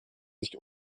sich